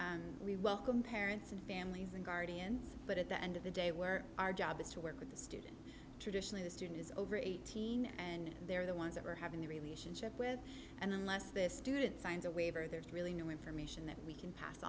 and we welcome parents and families and guardians but at the end of the day we're our job is to work with the students traditionally the student is over eighteen and they're the ones that are having a relationship with and unless this student signs a waiver there's really no information that we can pass